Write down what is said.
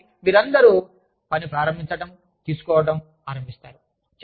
ఆపై మీరందరూ పని ప్రారంభించండం తీసుకోవడం ఆరంభిస్తారు